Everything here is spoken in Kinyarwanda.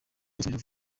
musonera